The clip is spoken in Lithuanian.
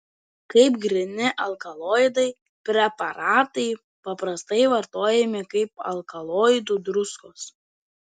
kaip gryni alkaloidai preparatai paprastai vartojami kaip alkaloidų druskos